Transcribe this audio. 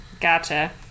Gotcha